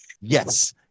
yes